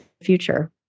future